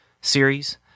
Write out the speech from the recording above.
series